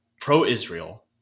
pro-Israel